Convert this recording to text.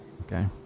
Okay